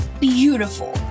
Beautiful